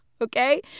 Okay